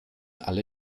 alle